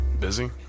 busy